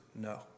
no